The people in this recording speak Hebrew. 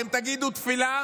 אתם תגידו תפילה